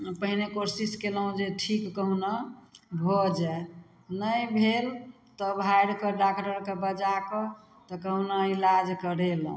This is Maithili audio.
पहिने कोशिश कयलहुँ जे ठीक कहुना भऽ जाइ नहि भेल तब हारिकऽ डॉक्टरके बजा कऽ तऽ कहुना इलाज करेलहुँ